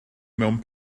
mewn